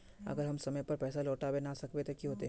अगर हम समय पर पैसा लौटावे ना सकबे ते की होते?